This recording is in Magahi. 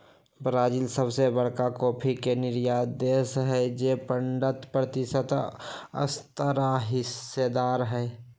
ब्राजील सबसे बरका कॉफी के निर्यातक देश हई जे पंडह प्रतिशत असगरेहिस्सेदार हई